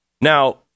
Now